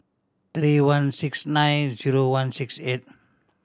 three one six nine zero one six eight